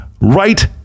right